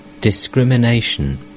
Discrimination